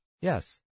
Yes